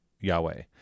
Yahweh